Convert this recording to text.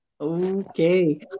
Okay